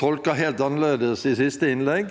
tolket helt annerledes i siste innlegg.